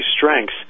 strengths